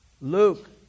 Luke